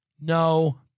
No